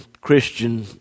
Christian